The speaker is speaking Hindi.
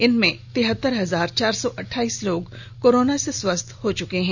इनमें तिहतर हजार चार सौ अठाइस लोग कोरोना से स्वस्थ हो चुके हैं